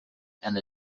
and